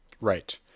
Right